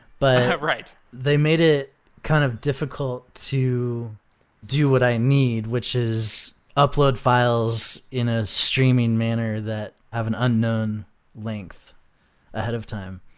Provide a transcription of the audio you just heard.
but they made it kind of difficult to do what i need, which is upload files in a streaming manner that have an unknown length ahead of time.